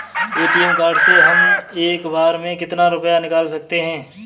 ATM card से हम एक बार में कितना रुपया निकाल सकते हैं?